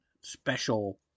special